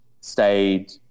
stayed